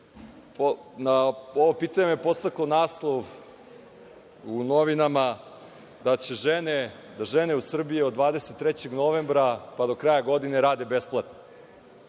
Na ovo pitanje me podstakao naslov u novinama da žene u Srbiji od 23. novembra pa do kraja godine rade besplatno.